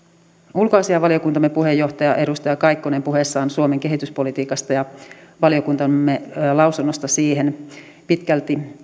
ulkoasiainvaliokuntamme puheenjohtaja edustaja kaikkonen puheessaan suomen kehityspolitiikasta ja valiokuntamme lausunnosta siihen pitkälti